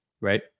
right